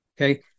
Okay